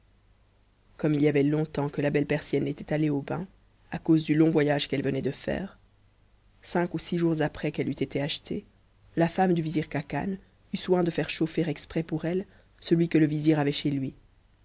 comme il y avait longtemps que la belle persienne n'était allée au bain à cause du long voyage qu'elle venait de faire cinq ou six jours après qu'elle eut été achetée la femme du visir khacan eut soin de faire chauffer exprès pour elle celui que le vizir avait chez lui